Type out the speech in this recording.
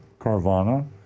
Carvana